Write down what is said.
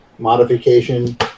Modification